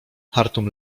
chartum